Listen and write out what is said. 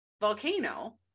volcano